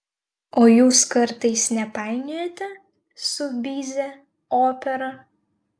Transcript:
o jūs kartais nepainiojate su bizė opera